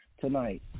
Tonight